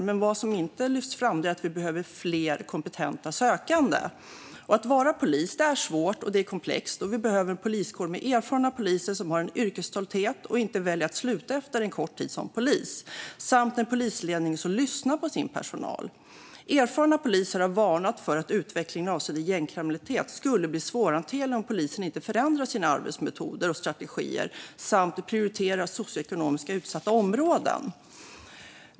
Men det lyfts inte fram att vi behöver fler kompetenta sökande. Att vara polis är svårt och komplext. Vi behöver en poliskår med erfarna poliser som har en yrkesstolthet och som inte väljer att sluta efter kort tid som polis. Vi behöver också en polisledning som lyssnar på sin personal. Erfarna poliser har varnat för att utvecklingen avseende gängkriminalitet skulle bli svårhanterlig om polisen inte förändrar sina arbetsmetoder och strategier samt prioriterar socioekonomiskt utsatta områden högre.